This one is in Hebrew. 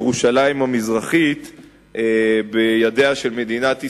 בירושלים המזרחית בידיה של מדינת ישראל.